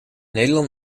nederland